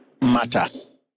matters